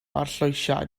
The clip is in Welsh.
arllwysiad